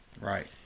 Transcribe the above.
Right